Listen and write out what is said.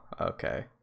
okay